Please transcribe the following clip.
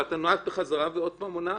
ואת עונה בחזרה ועוד פעם עונה,